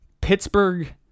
Pittsburgh